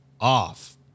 off